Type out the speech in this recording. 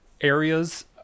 areas